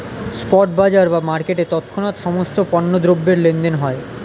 spot বাজার বা মার্কেটে তৎক্ষণাৎ সমস্ত পণ্য দ্রব্যের লেনদেন হয়